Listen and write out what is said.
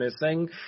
missing